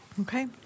Okay